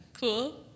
Cool